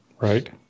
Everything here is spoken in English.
right